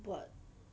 what